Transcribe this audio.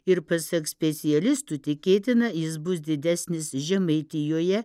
ir pasak specialistų tikėtina jis bus didesnis žemaitijoje